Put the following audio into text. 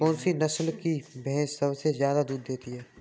कौन सी नस्ल की भैंस सबसे ज्यादा दूध देती है?